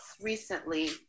recently